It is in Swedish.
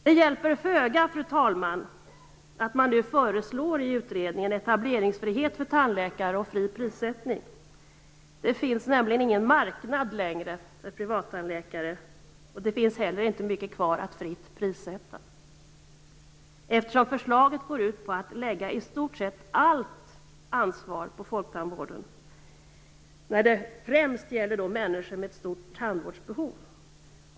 Det hjälper föga att man i utredningen nu föreslår etableringsfrihet för tandläkare och fri prissättning. Det finns nämligen ingen marknad längre för privattandläkare, och det finns heller inte mycket kvar att fritt prissätta. Förslaget går nämligen ut på att lägga i stort sett allt ansvar på folktandvården, främst när det gäller människor med ett stort tandvårdsbehov.